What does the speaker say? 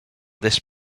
this